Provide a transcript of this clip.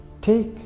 Take